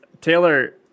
Taylor